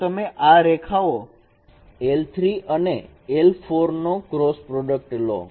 તો તમે આ રેખાઓ l3 અને l4 નો ક્રોસ પ્રોડક્ટ લો